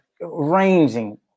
ranging